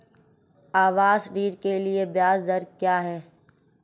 आवास ऋण के लिए ब्याज दर क्या हैं?